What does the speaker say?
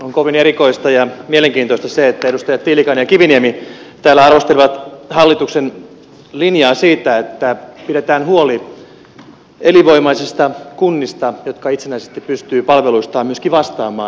on kovin erikoista ja mielenkiintoista se että edustajat tiilikainen ja kiviniemi täällä arvostelevat hallituksen linjaa siitä että pidetään huoli elinvoimaisista kunnista jotka itsenäisesti pystyvät palveluistaan myöskin vastaamaan